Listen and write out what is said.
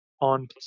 on